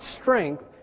strength